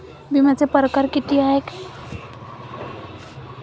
बिम्याचे परकार कितीक हाय?